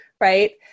right